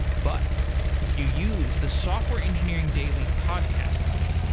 but if you use the software engineering daily podcast link,